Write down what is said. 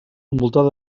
envoltada